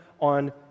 on